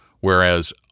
Whereas